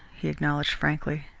he acknowledged frankly.